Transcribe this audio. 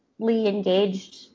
engaged